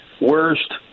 Worst